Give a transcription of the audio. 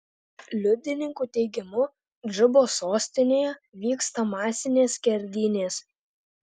liudininkų teigimu džubos sostinėje vyksta masinės skerdynės